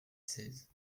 seize